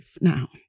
now